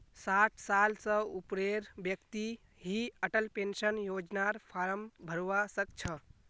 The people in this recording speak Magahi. साठ साल स ऊपरेर व्यक्ति ही अटल पेन्शन योजनार फार्म भरवा सक छह